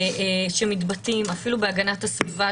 שמתבטאים אפילו בהגנת הסביבה.